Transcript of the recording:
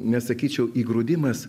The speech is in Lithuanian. nesakyčiau įgrūdimas